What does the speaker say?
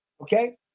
okay